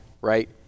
right